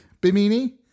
Bimini